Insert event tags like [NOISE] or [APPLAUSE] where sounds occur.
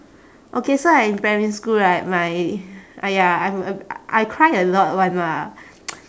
okay so like in primary school right my uh ya I'm I I cry a lot [one] lah [NOISE]